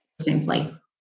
simply